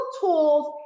tools